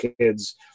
Kids